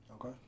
Okay